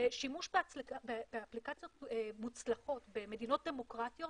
ושימוש באפליקציות מוצלחות במדינות דמוקרטיות